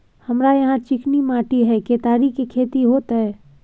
हमरा यहाँ चिकनी माटी हय केतारी के खेती होते?